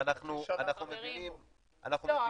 ואנחנו מבינים --- לא,